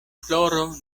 floro